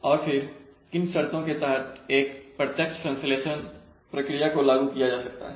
और फिर किन शर्तों के तहत एक प्रत्यक्ष संश्लेषण प्रक्रिया को लागू किया जा सकता है